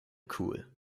cool